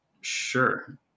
Sure